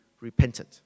repented